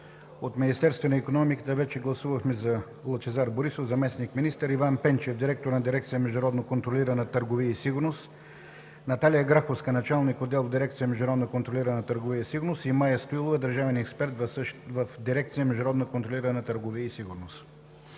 От Министерството на икономиката – вече гласувахме за Лъчезар Борисов – заместник-министър, Иван Пенчев – директор на дирекция „Международна контролирана търговия и сигурност“, Наталия Граховска – началник на отдел в дирекция „Международна контролирана търговия и сигурност“, и Мая Стоилова – държавен експерт в дирекция „Международна контролирана търговия и сигурност“.